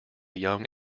young